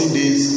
days